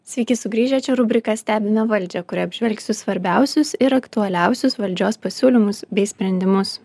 sveiki sugrįžę čia rubrika stebime valdžią kurioj apžvelgsiu svarbiausius ir aktualiausius valdžios pasiūlymus bei sprendimus